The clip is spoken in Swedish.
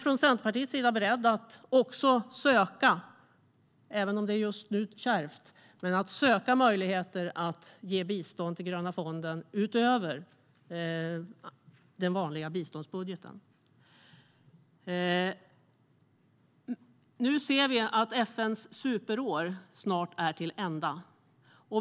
Från Centerpartiets sida är vi beredda att också söka möjligheter - även om det just nu är kärvt - att ge bistånd till Gröna fonden utöver den vanliga biståndsbudgeten. FN:s superår är nu snart till ända.